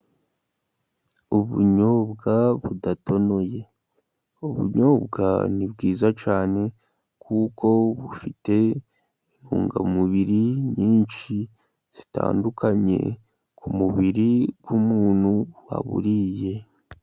Ubunyobwa budatonoye, ubunyobwa ni bwiza cyane, kuko bufite intungamubiri nyinshi zitandukanye, ku mubiri w'umuntu waburiye.